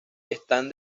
están